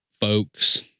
folks